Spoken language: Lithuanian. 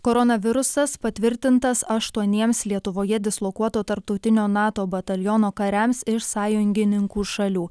koronavirusas patvirtintas aštuoniems lietuvoje dislokuoto tarptautinio nato bataliono kariams iš sąjungininkų šalių